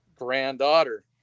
granddaughter